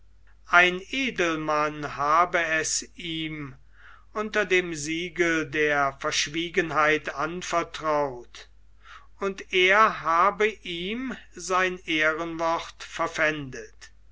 ein edelmann habe es ihm unter dem siegel der verschwiegenheit anvertraut und er habe ihm sein ehrenwort verpfändet